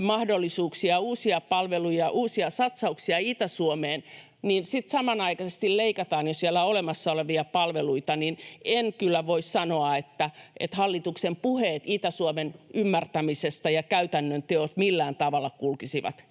mahdollisuuksia, uusia palveluja ja uusia satsauksia Itä-Suomeen ja samanaikaisesti leikataan jo siellä olemassa olevia palveluita, niin en kyllä voi sanoa, että hallituksen puheet Itä-Suomen ymmärtämisestä ja käytännön teot millään tavalla kulkisivat